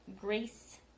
Grace